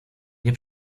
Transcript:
nie